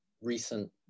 recent